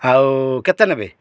ଆଉ କେତେ ନେବେ